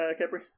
Capri